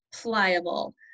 pliable